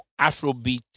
Afrobeat